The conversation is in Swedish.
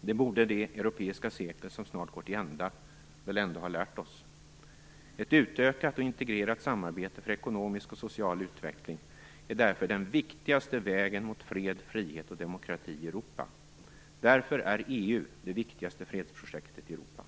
Det borde det europeiska sekel som snart går till ända väl ändå ha lärt oss? Ett utökat och integrerat samarbete för ekonomisk och social utveckling är därför den viktigaste vägen mot fred, frihet och demokrati i Europa. Därför är EU det viktigaste fredsprojektet i Europa.